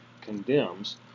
condemns